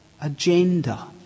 agenda